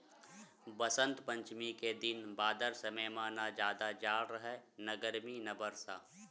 बसंत पंचमी के दिन बादर समे म न जादा जाड़ राहय न गरमी न बरसा